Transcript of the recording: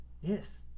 Yes